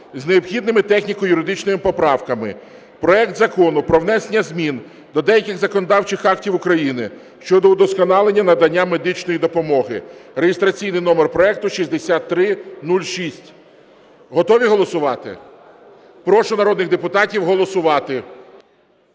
з необхідними техніко-юридичними поправками проект Закону про внесення змін до деяких законодавчих актів України щодо удосконалення надання медичної допомоги (реєстраційний номер проекту 6306). Готові голосувати? Прошу народних депутатів голосувати.